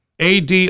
AD